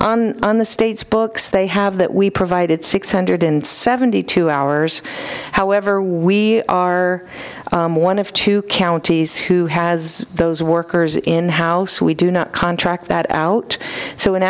on the state's books they have that we provided six hundred and seventy two hours however we are one of two counties who has those workers in house we do not contract that out so in